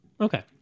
okay